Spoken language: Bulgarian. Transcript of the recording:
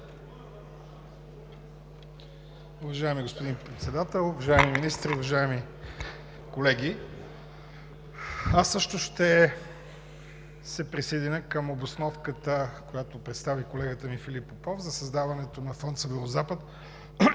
Уважаеми господин Председател, уважаеми министри, уважаеми колеги! Аз също ще се присъединя към обосновката, която представи колегата ми Филип Попов за създаването на Фонд „Северозапад“